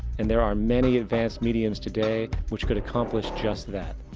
and there are many advanced mediums today which could accomplish just that,